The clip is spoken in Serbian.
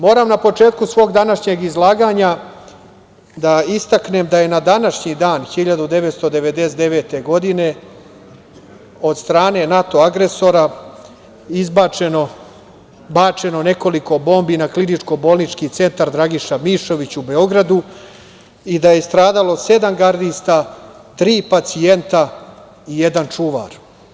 Moram na početku svog današnjeg izlaganja da istaknem da je na današnji dan 1999. godine, od strane NATO agresora bačeno nekoliko bombi na Kliničko-bolnički centar „Dragiša Mišović“ u Beogradu i da je stradalo sedam gardista, tri pacijenta i jedan čuvar.